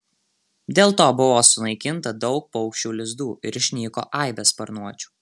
dėl to buvo sunaikinta daug paukščių lizdų ir išnyko aibės sparnuočių